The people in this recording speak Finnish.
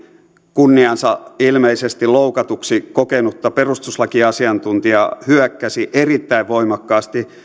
kunniaansa ilmeisesti loukatuksi kokenutta perustuslakiasiantuntijaa hyökkäsi erittäin voimakkaasti